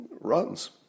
runs